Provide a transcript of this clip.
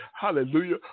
hallelujah